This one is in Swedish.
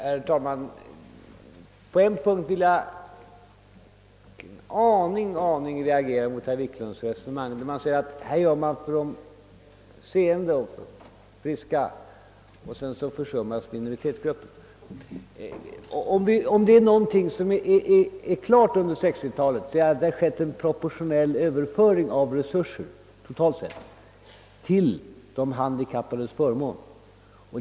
Herr talman! På en punkt reagerar jag en aning mot herr Wiklunds resonemang, nämligen när han säger att man gör mycket för de friska — i detta fall de seende — medan man försummar minoritetsgrupperna. Under 1960-talet har det varit en alldeles påtaglig överföring, proportionellt sett, av resurserna till förmån för de handikappade över huvud taget.